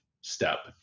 step